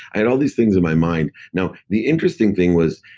i had all these things in my mind. now, the interesting thing was,